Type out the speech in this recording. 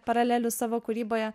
paralelių savo kūryboje